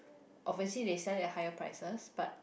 obviously they sell it higher prices but